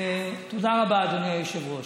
תודה רבה, אדוני היושב-ראש.